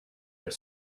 are